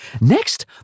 Next